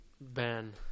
Ben